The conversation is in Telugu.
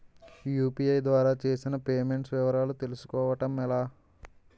యు.పి.ఐ ద్వారా చేసిన పే మెంట్స్ వివరాలు తెలుసుకోవటం ఎలా?